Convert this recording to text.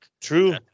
True